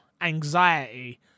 anxiety